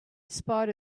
spite